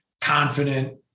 confident